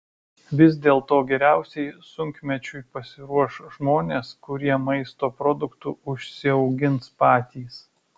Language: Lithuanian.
vis dėlto geriausiai sunkmečiui pasiruoš žmonės kurie maisto produktų užsiaugins patys